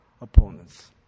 opponents